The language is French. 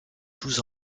douze